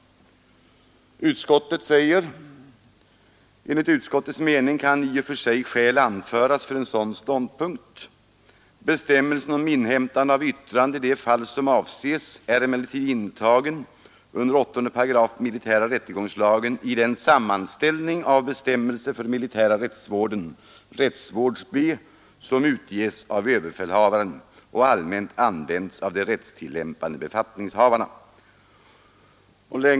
Utskottet säger: ”Enligt utskottets mening kan i och för sig skäl anföras för en sådan ståndpunkt. Bestämmelsen om inhämtande av yttrande i de fall som avses är emellertid intagen under 8 § militära rättegångslagen i den sammanställning av bestämmelser för den militära rättsvården som utges av överbefälhavaren och allmänt används av de rättstillämpande befattningshavarna.